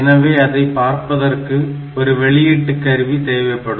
எனவே அதை பார்ப்பதற்கு ஒரு வெளியீட்டு கருவி தேவைப்படும்